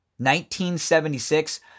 1976